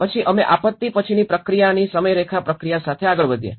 પછી અમે આપત્તિ પછીની પ્રક્રિયાની સમયરેખા પ્રક્રિયા સાથે આગળ વધ્યા